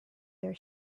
their